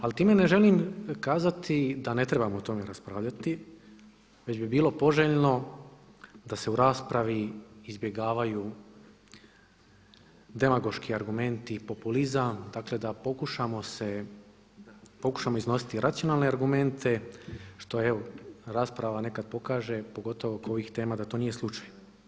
Ali time ne želim kazati da ne trebamo o tome raspravljati, već bi bilo poželjno da se u raspravi izbjegavaju demagoški argumenti, populizam, dakle da pokušamo iznositi racionalne argumente što evo rasprava nekad pokaže pogotovo oko ovih tema da to nije slučaj.